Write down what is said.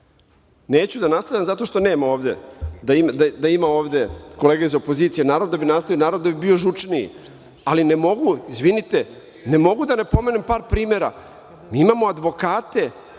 Neću da nastavljam zato što nema ovde… Da ima ovde kolega iz opozicije naravno da bih nastavio i naravno da bih bio žučniji, ali ne mogu, izvinite, ne mogu da ne pomenem par primera. Mi imamo advokate